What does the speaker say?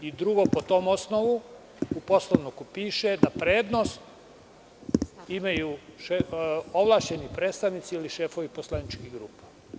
I drugo, po tom osnovu u Poslovniku piše da prednost imaju ovlašćeni predstavnici ili šefovi poslaničkih grupa.